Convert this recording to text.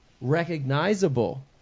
recognizable